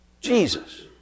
Jesus